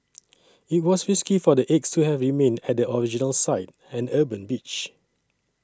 it was risky for the eggs to have remained at the original site an urban beach